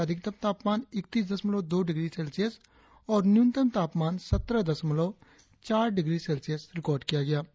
आज का अधिकतम तापमान इकतीस दशमलव दो डिग्री सेल्सियस और न्यूनतम तापमान सत्रह दशमलव चार डिग्री सेल्सियस रिकार्ड किया गया